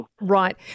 Right